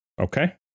Okay